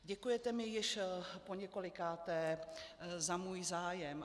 Děkujete mi již poněkolikáté za můj zájem.